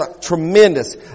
tremendous